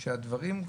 -- שהדברים,